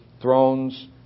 thrones